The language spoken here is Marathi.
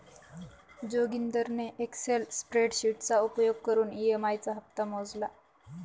जोगिंदरने एक्सल स्प्रेडशीटचा उपयोग करून ई.एम.आई चा हप्ता मोजला